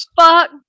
fuck